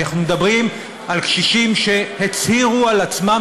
אנחנו מדברים על קשישים שהצהירו על עצמם